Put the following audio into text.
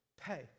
pay